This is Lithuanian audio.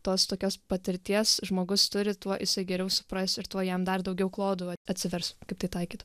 tos tokios patirties žmogus turi tuo jisai geriau supras ir tuo jam dar daugiau klodų atsivers kaip tai taikyt